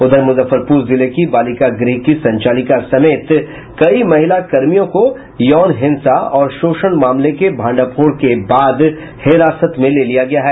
उधर मुजफ्फरपुर जिले की बालिका गृह की संचालिका समेत कई महिला कर्मियों को यौन हिंसा और शोषण मामले के फांडाफोड़ के बाद हिरासत में ले लिया गया है